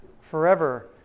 forever